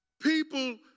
People